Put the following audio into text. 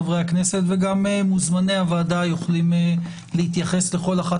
חברי הכנסת וגם מוזמני הוועדה יכולים להתייחס לכל אחת